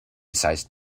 sized